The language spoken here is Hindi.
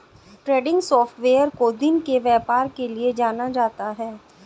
ट्रेंडिंग सॉफ्टवेयर को दिन के व्यापार के लिये जाना जाता है